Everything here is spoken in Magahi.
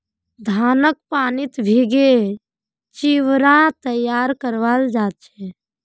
धानक पानीत भिगे चिवड़ा तैयार कराल जा छे